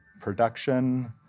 production